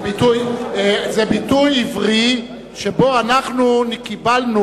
זה ביטוי עברי שבו אנחנו קיבלנו,